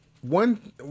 One